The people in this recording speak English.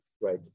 right